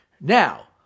Now